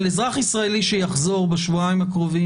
אבל אזרח ישראלי שיחזור בשבועיים הקרובים